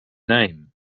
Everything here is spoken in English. name